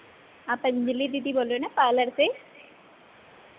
आप अंजली दीदी बोल रहे हो ना पार्लर से